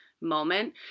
moment